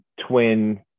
twin